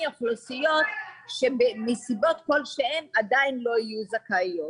אוכלוסיות שמסיבות כלשהם עדיין לא תהיינה זכאיות.